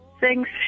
Thanks